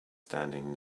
standing